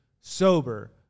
Sober